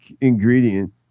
ingredient